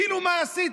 כאילו, מה עשית?